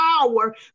power